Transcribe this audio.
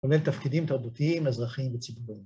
כולל תפקידים תרבותיים, אזרחיים וציבוריים.